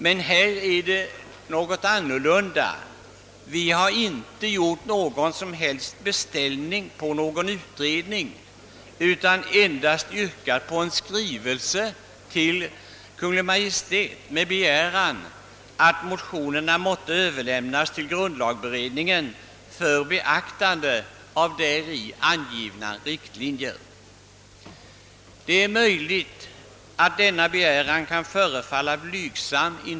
Vi har emellertid inte gjort någon som helst beställning på en utredning utan endast yrkat att riksdagen i skrivelse till Kungl. Maj:t måtte anhålla, att motionerna överlämnas till grundlagberedningen för beaktande av däri angivna riktlinjer. Det är möjligt att vår begäran kan förefalla blygsam.